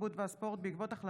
התרבות והספורט בעקבות דיון